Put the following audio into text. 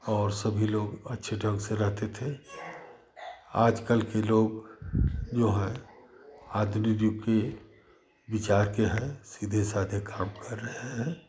और सभी लोग अच्छे ढंग से रहते थे आजकल के लोग जो हैं आधुनिक युग के विचार के हैं सीधे सादे काम कर रहे हैं